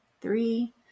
three